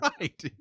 Right